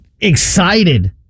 excited